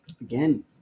Again